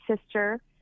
sister